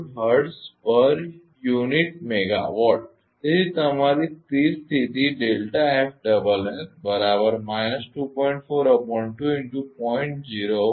4 hertz unit દીઠ megawatt તેથી તમારી સ્થિર સ્થિતી